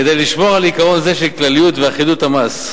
כדי לשמור על עיקרון זה של כלליות ואחידות המס,